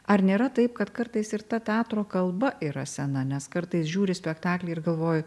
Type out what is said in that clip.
ar nėra taip kad kartais ir ta teatro kalba yra sena nes kartais žiūri spektaklį ir galvoju